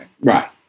Right